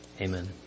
Amen